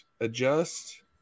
adjust